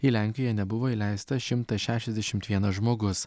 į lenkiją nebuvo įleista šimtas šešiasdešimt vienas žmogus